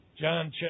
John